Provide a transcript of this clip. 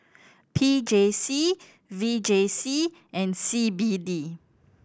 P J C V J C and C B D